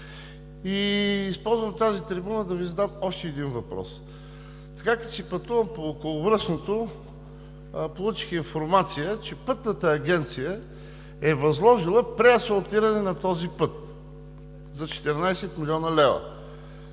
Използвам тази трибуна, за да Ви задам още един въпрос. Така, като си пътувам по околовръстното, получих информация, че Пътната агенция е възложила преасфалтиране на този път за 14 млн. лв.